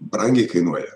brangiai kainuoja